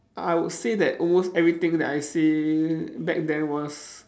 I would say that almost everything that I say back then was